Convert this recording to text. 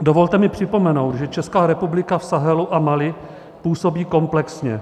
Dovolte mi připomenout, že Česká republika v Sahelu a Mali působí komplexně.